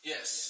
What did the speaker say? Yes